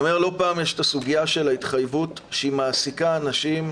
יש את הסוגיה של ההתחייבות שמעסיקה אנשים,